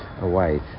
away